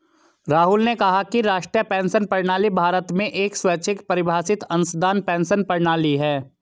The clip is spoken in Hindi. राहुल ने कहा कि राष्ट्रीय पेंशन प्रणाली भारत में एक स्वैच्छिक परिभाषित अंशदान पेंशन प्रणाली है